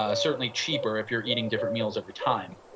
ah certainly cheaper if you are eating different meals every time